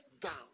down